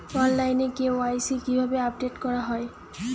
অনলাইনে কে.ওয়াই.সি কিভাবে আপডেট করা হয়?